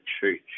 church